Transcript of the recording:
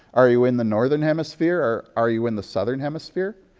are you in the northern hemisphere? are are you in the southern hemisphere?